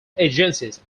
agencies